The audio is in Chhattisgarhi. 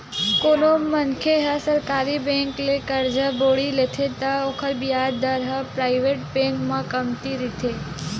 कोनो मनखे ह सरकारी बेंक ले करजा बोड़ी लेथे त ओखर बियाज दर ह पराइवेट बेंक ले कमती रहिथे